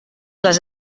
les